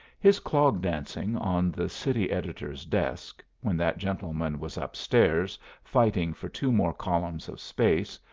his clog-dancing on the city editor's desk, when that gentleman was up-stairs fighting for two more columns of space,